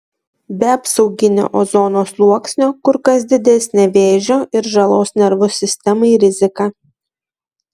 be apsauginio ozono sluoksnio kur kas didesnė vėžio ir žalos nervų sistemai rizika